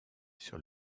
sur